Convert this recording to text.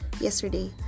yesterday